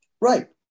Right